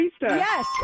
Yes